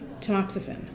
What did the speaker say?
tamoxifen